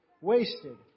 Wasted